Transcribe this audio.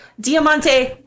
Diamante